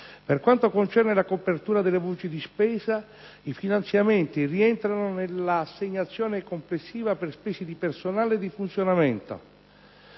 Per quanto concerne la copertura delle voci di spesa, i finanziamenti rientrano nell'assegnazione complessiva per spese di personale e di funzionamento;